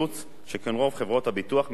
שכן רוב חברות הביטוח מסרבות,